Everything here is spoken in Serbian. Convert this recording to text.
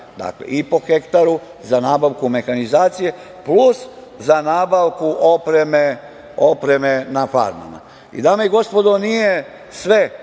dakle, i po hektaru za nabavku mehanizacije, plus za nabavku opreme na farmama. Dame i gospodo, nije sve